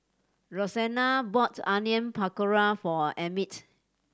Roseanne bought Onion Pakora for Emmitt